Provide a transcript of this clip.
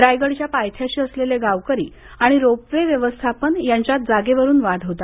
रायगडच्या पायथ्याशी असलेले गावकरी आणि रोप वे व्यवस्थापन यांच्यात जागेवरून वाद होता